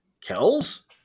Kells